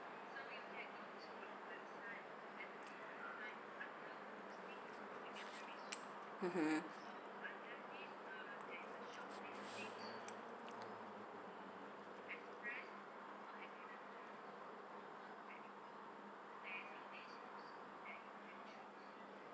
mmhmm